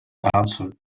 answered